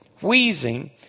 wheezing